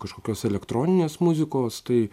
kažkokios elektroninės muzikos tai